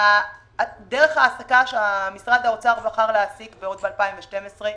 דרך ההעסקה שמשרד האוצר בחר להעסיק ב-2012 הסתיימה.